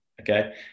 okay